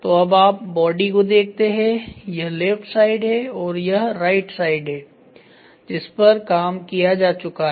तोअबआप body को देखते हैं यह लेफ्ट साइड है और यह राइट साइड जिस पर काम किया जा चुका है